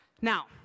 Now